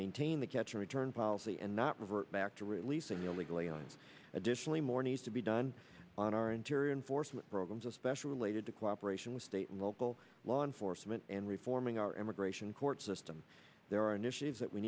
maintain the catch a return policy and not revert back to releasing illegally and additionally more needs to be done on our interior enforcement programs especially related to cooperation with state and local law enforcement and reforming our immigration court system there are new issues that we